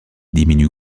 diminue